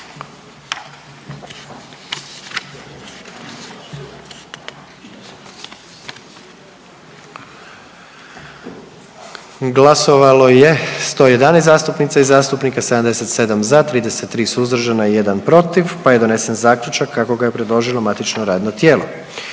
glasujmo. 111 zastupnica i zastupnika je glasovalo, 77 za, 31 suzdržan i 3 protiv pa je donesen Zaključak kako su ga predložila saborska radna tijela.